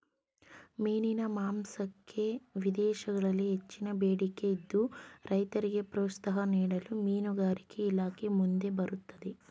ಮೀನಿನ ಮಾಂಸಕ್ಕೆ ವಿದೇಶಗಳಲ್ಲಿ ಹೆಚ್ಚಿನ ಬೇಡಿಕೆ ಇದ್ದು, ರೈತರಿಗೆ ಪ್ರೋತ್ಸಾಹ ನೀಡಲು ಮೀನುಗಾರಿಕೆ ಇಲಾಖೆ ಮುಂದೆ ಬರುತ್ತಿದೆ